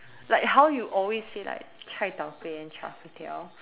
like how you always say like Cai-Tao-Kuey and Char-Kway-Teow